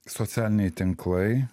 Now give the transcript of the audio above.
socialiniai tinklai